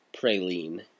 Praline